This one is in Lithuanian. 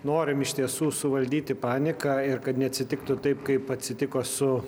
norim iš tiesų suvaldyti paniką ir kad neatsitiktų taip kaip atsitiko su